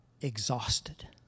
exhausted